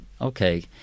okay